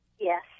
yes